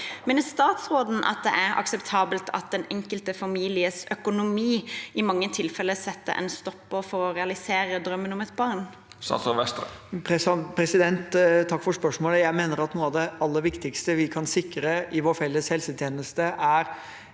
Mener statsråden at det er akseptabelt at den enkelte families økonomi i mange tilfeller setter en stopper for å realisere drømmen om et barn? Statsråd Jan Christian Vestre Takk for spørsmålet. Jeg mener at noe av det aller viktigste vi kan sikre i vår felles helsetjeneste, er